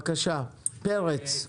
בבקשה, פרץ.